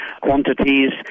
quantities